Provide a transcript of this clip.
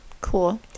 Cool